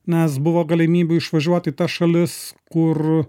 nes buvo galimybių išvažiuoti į tas šalis kur